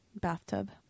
bathtub